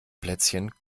plätzchen